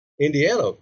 Indiana